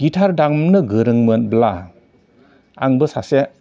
guitar दामनो गोरोंमोनब्ला आंबो सासे